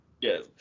Yes